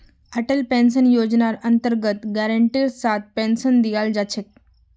Atal pension योजनार अन्तर्गत गारंटीर साथ पेन्शन दीयाल जा छेक